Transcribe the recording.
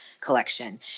collection